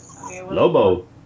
Lobo